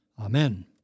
Amen